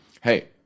hey